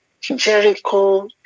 Jericho